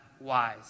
wise